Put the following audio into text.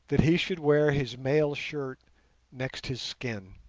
that he should wear his mail shirt next his skin.